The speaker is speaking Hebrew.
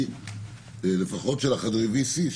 לפחות של חדרי ה-VC,